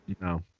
No